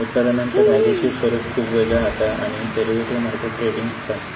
उत्पादनांचा कायदेशीर स्वरूप खुप वेगळा असा आणि डेरिव्हेटिव्ह मार्केट ट्रेडिंग पण